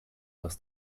aus